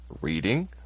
reading